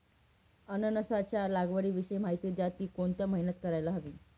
अननसाच्या लागवडीविषयी माहिती द्या, ति कोणत्या महिन्यात करायला हवी?